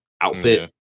outfit